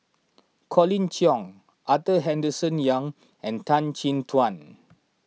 Colin Cheong Arthur Henderson Young and Tan Chin Tuan